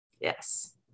yes